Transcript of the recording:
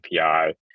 API